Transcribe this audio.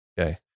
okay